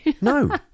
no